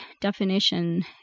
definition